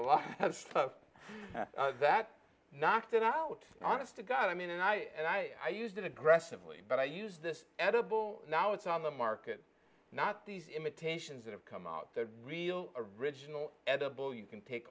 a lot of stuff that knocked it out honest to god i mean i and i used it aggressively but i use this edible now it's on the market not these imitations that have come out the real original edible you can take